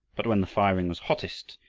but when the firing was hottest,